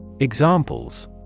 Examples